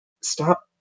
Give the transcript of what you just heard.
Stop